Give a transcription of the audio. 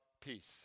Peace